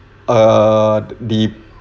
err the